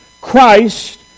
Christ